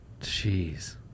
Jeez